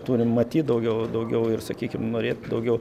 turim matyt daugiau daugiau ir sakykim norėt daugiau